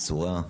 מסורה,